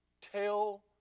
Tell